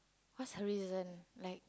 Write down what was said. what's her reason like